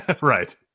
right